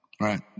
right